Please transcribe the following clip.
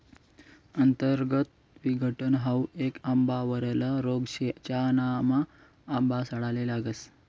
अंतर्गत विघटन हाउ येक आंबावरला रोग शे, ज्यानामा आंबा सडाले लागस